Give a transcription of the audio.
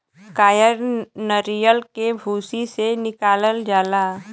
कायर नरीयल के भूसी से निकालल जाला